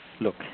Look